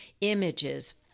images